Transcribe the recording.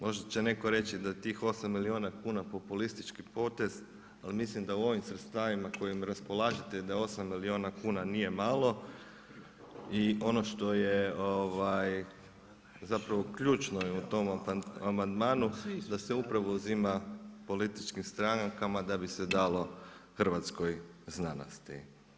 Možda će netko reći da tih 8 milijuna kuna je populistički potez ali mislim da u ovim sredstvima kojim raspolažete, da 8 milijuna kuna nije malo i ono što je zapravo ključno u tom amandmanu da se upravo uzima političkim strankama da bi se dalo hrvatskoj znanosti.